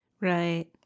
right